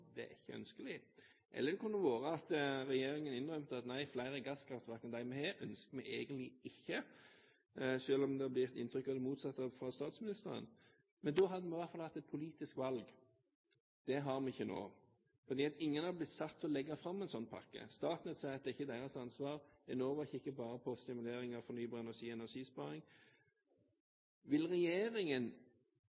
at det ikke er ønskelig. Eller det kunne være at regjeringen innrømmet og sa at nei, flere gasskraftverk enn det vi har, ønsker vi egentlig ikke, selv om det blir et inntrykk av det motsatte fra statsministeren. Men da hadde vi i hvert fall hatt et politisk valg. Det har vi ikke nå, fordi ingen har blitt satt til å legge fram en slik pakke. Statnett sier det ikke er deres ansvar og Enova kikker bare på stimulering av fornybar energi og energisparing.